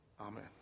amen